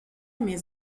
més